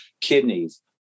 kidneys